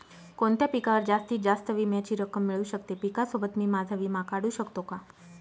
कोणत्या पिकावर जास्तीत जास्त विम्याची रक्कम मिळू शकते? पिकासोबत मी माझा विमा काढू शकतो का?